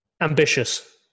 Ambitious